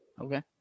Okay